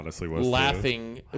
laughing